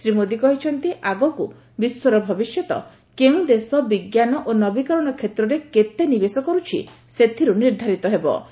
ଶ୍ରୀ ମୋଦୀ କହିଛନ୍ତି ଆଗକୁ ବିଶ୍ୱର ଭବିଷ୍ୟତ କେଉଁ ଦେଶ ବିଜ୍ଞାନ ଓ ନବୀକରଣ କ୍ଷେତ୍ରରେ କେତେ ନିବେଶ କରୁଛି ସେଥିରୁ ନିର୍ଦ୍ଧାରିତ ବେହ